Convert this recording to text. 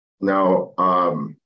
Now